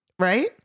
Right